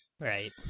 right